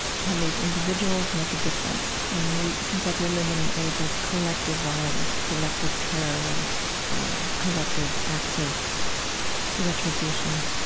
can these individuals make a difference? you know it seems like we live in an age of collective violence, collective terror, and collective acts of retribution.